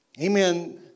amen